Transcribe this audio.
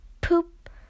poop